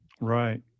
Right